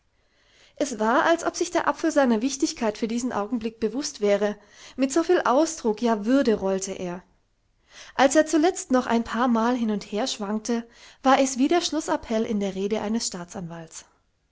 es war als ob sich der apfel seiner wichtigkeit für diesen augenblick bewußt wäre mit so viel ausdruck ja würde rollte er als er zuletzt noch ein paar mal hin und her schwankte war es wie der schlußappell in der rede eines staatsanwalts